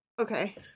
okay